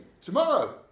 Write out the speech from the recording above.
Tomorrow